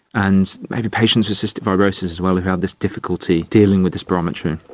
and maybe patients with cystic fibrosis as well who had this difficulty dealing with the spirometry.